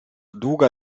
długa